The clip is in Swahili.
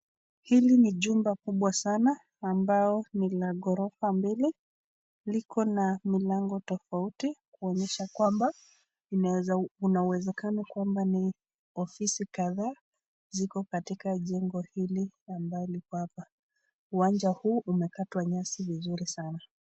Hili ni jumba kubwa sana ambao nila gorofa mbili, liko na milango tofauti kuonyesha kwamba unawezekano kwa ni ofisi kadhaa ziko katika jengo hili ambalo liko hapa. Uwanja huu umekatwa nyasi vizuri sana.